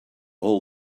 hold